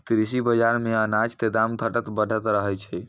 कृषि बाजार मॅ अनाज के दाम घटतॅ बढ़तॅ रहै छै